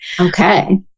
Okay